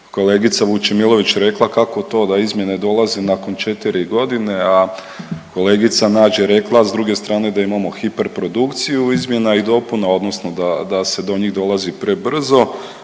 kolegica Vučemilović rekla kako to da izmjene dolaze nakon 4 godine, a kolegica Nađ je rekla s druge strane da imao hiperprodukciju izmjena i dopuna odnosno da se do njih dolazi prebrzo.